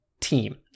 team